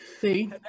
See